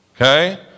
Okay